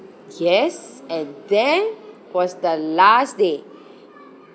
yes and then was the last day